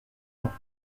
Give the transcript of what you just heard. mains